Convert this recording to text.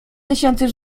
tysięcy